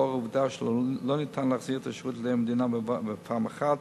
לאור העובדה שלא ניתן להחזיר את השירות למדינה בפעם אחת